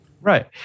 Right